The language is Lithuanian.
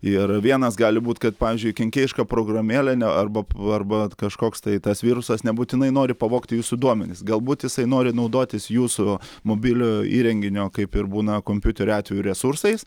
ir vienas gali būt kad pavyzdžiui kenkėjiška programėlė ne arba arba kažkoks tai tas virusas nebūtinai nori pavogti jūsų duomenis galbūt jisai nori naudotis jūsų mobiliojo įrenginio kaip ir būna kompiuterių atveju resursais